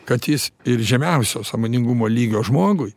kad jis ir žemiausio sąmoningumo lygio žmogui